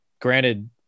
Granted